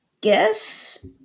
guess